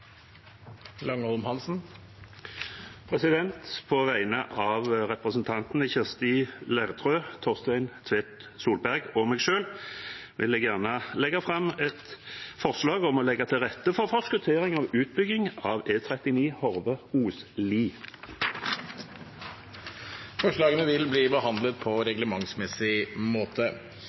På vegne av representantene Kirsti Leirtrø, Torstein Tvedt Solberg og meg selv vil jeg gjerne sette fram et forslag om å legge til rette for forskuttering av utbyggingen av E39 Hove–Osli. Forslagene vil bli behandlet på reglementsmessig måte.